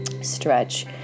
stretch